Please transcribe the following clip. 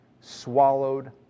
swallowed